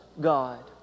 God